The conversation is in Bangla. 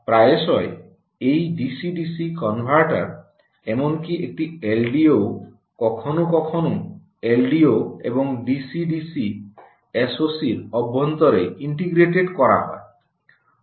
প্রায়শই এই ডিসি ডিসি কনভার্টার এমনকি একটি এলডিওও কখনও কখনও এলডিও এবং ডিসি ডিসি এসওসি র অভ্যন্তরে ইন্টিগ্রেটেড করা হয়